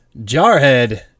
Jarhead